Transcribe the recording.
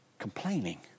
Complaining